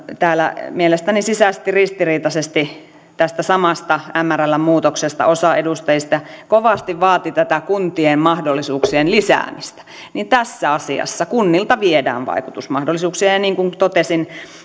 täällä mielestäni sisäisesti ristiriitaisesti tästä samasta mrln muutoksesta puhuttaessa osa edustajista kovasti vaati tätä kuntien mahdollisuuksien lisäämistä niin tässä asiassa kunnilta viedään vaikutusmahdollisuuksia ja niin kuin totesin